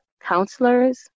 counselors